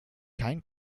kein